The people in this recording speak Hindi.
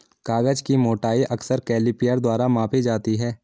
कागज की मोटाई अक्सर कैलीपर द्वारा मापी जाती है